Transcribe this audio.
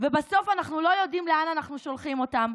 ובסוף אנחנו לא יודעים לאן אנחנו שולחים אותם.